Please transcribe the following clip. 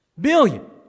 Billion